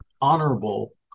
honorable